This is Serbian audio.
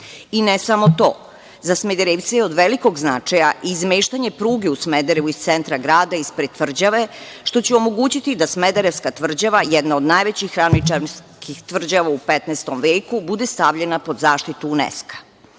I ne samo to. Za Smederevce je od velikog značaja izmeštanje pruge u Smederevu iz centra grada ispred tvrđave, što će omogućiti da Smederevska tvrđava, jedna od najvećih tvrđava u 15. veku, bude stavljena pod zaštitu UNESKA.